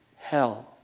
hell